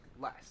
less